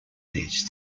these